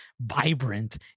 vibrant